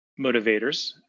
motivators